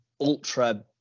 ultra